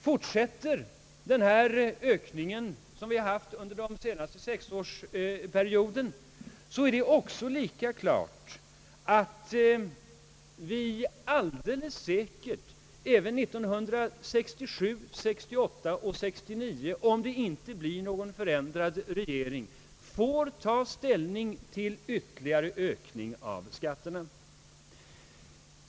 Fortsätter den ökning som vi haft under den senaste sexårsperioden, är det lika klart att vi alldeles säkert även 1968, 1969 och 1970 — om det inte blir någon ny regering — får ta ställning till ytterligare höjning av skatterna.